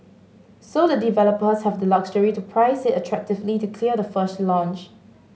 so the developers have the luxury to price it attractively to clear the first launch